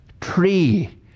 tree